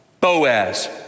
Boaz